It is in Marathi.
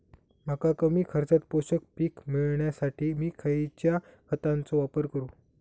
मका कमी खर्चात पोषक पीक मिळण्यासाठी मी खैयच्या खतांचो वापर करू?